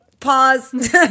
Pause